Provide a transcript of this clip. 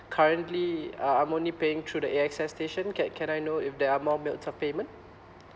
currently uh I'm only paying through the A_X_S station can can I know if there are more means of payment